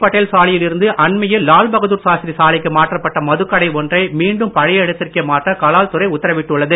பட்டேல் சாலையில் இருந்து அண்மையில் லால்பகதூர் சாஸ்திரி சாலைக்கு மாற்றப்பட்ட மதுக்கடை ஒன்றை மீண்டும் பழைய இடத்திற்கே மாற்ற கலால் துறை உத்தரவிட்டுள்ளது